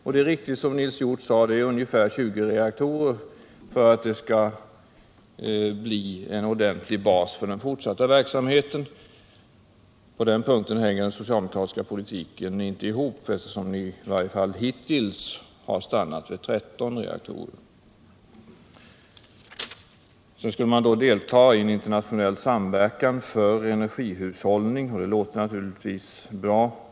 Det är riktigt som Nils Hjorth sade, det behövs ungefär 20 reaktorer för att få en ordentlig bas för den fortsatta verksamheten. På den punkten hänger den socialdemokratiska politiken inte ihop, eftersom socialdemokraterna i varje fall hittills stannat vid 13 reaktorer. Vidare skulle man delta i internationell samverkan för energihushållning, och det låter naturligtvis bra.